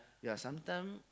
ya sometime